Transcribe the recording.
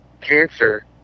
cancer